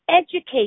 Educate